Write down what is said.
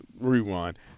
rewind